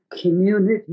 community